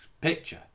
picture